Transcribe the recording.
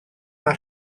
mae